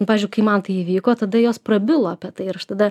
pavyzdžiui kai man tai įvyko tada jos prabilo apie tai ir aš tada